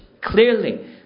clearly